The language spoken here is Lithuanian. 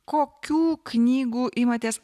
kokių knygų imatės